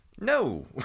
No